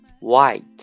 white